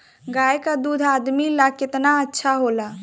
गाय का दूध आदमी ला कितना अच्छा होला?